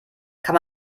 kann